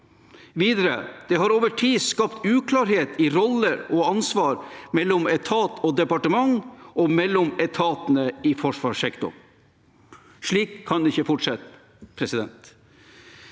«Dette har over tid skapt uklarhet i roller og ansvar mellom etat og departement og mellom etatene i forsvarssektoren.» Slik kan det ikke fortsette. Regjeringen